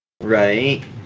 right